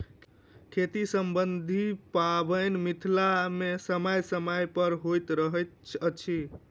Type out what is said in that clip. खेती सम्बन्धी पाबैन मिथिला मे समय समय पर होइत रहैत अछि